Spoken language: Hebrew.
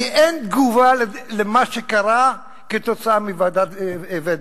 כי אין תגובה למה שקרה כתוצאה מוועידת ואנזה.